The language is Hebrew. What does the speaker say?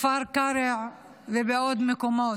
בכפר קרע ובעוד מקומות,